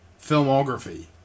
Filmography